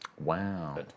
Wow